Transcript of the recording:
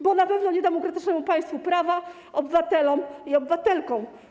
Bo na pewno nie demokratycznemu państwu prawa, obywatelom i obywatelkom.